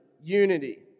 unity